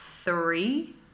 three